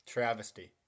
Travesty